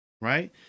right